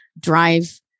drive